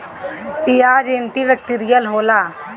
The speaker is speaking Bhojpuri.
पियाज एंटी बैक्टीरियल होला